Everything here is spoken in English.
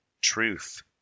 truth